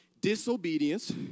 disobedience